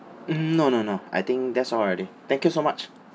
mm no no no I think that's all already thank you so much